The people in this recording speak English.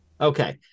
Okay